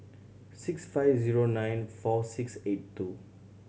six five zero nine four six eight two